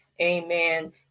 amen